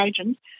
agents